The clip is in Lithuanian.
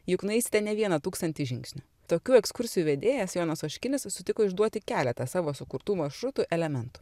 juk nueisite ne vieną tūkstantį žingsnių tokių ekskursijų vedėjas jonas oškinis sutiko išduoti keletą savo sukurtų maršrutų elementų